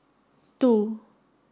two